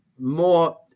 more